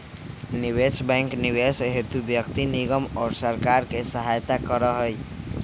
निवेश बैंक निवेश हेतु व्यक्ति निगम और सरकार के सहायता करा हई